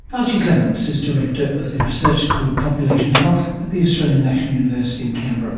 archie clements is director of the research school of population health at the australian national university in canberra.